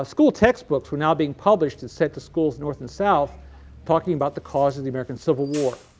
ah school textbooks were now being published and sent to schools north and south talking about the causes of the american civil war.